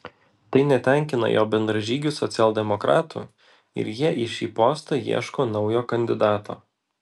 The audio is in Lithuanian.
tai netenkina jo bendražygių socialdemokratų ir jie į šį postą ieško naujo kandidato